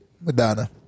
Madonna